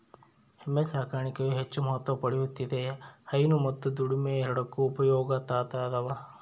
ಎಮ್ಮೆ ಸಾಕಾಣಿಕೆಯು ಹೆಚ್ಚು ಮಹತ್ವ ಪಡೆಯುತ್ತಿದೆ ಹೈನು ಮತ್ತು ದುಡಿಮೆ ಎರಡಕ್ಕೂ ಉಪಯೋಗ ಆತದವ